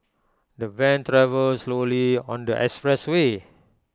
the van travelled slowly on the expressway